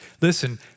Listen